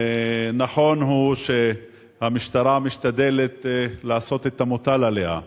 ונכון הוא שהמשטרה משתדלת לעשות את המוטל עליה,